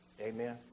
Amen